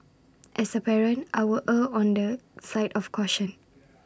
as A parent I will err on the side of caution